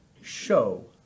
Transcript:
show